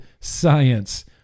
science